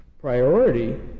Priority